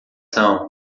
são